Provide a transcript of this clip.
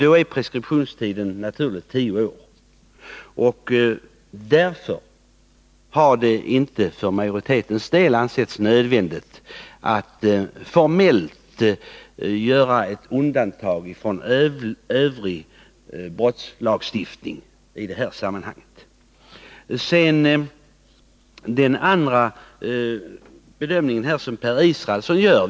Då är preskriptionstiden naturligt nogtio år. Därför har inte majoriteten ansett det nödvändigt att formellt göra något undantag från övrig brottslagstiftning. Låt mig vidare kommentera den bedömning som Per Israelsson gjorde.